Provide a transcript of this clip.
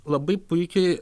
labai puikiai